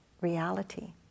reality